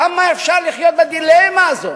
כמה אפשר לחיות בדילמה הזאת?